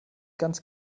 ganz